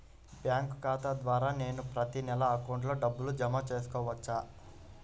Bank ఖాతా ద్వారా నేను ప్రతి నెల అకౌంట్లో డబ్బులు జమ చేసుకోవచ్చా?